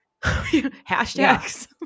Hashtags